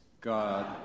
God